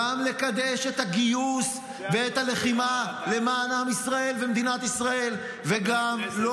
גם לקדש את הגיוס ואת הלחימה למען עם ישראל ומדינת ישראל -- חבר